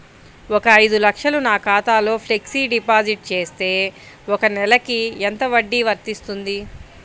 ఒక ఐదు లక్షలు నా ఖాతాలో ఫ్లెక్సీ డిపాజిట్ చేస్తే ఒక నెలకి ఎంత వడ్డీ వర్తిస్తుంది?